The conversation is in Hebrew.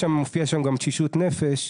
מופיע שם גם תשישות נפש.